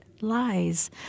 lies